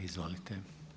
Izvolite.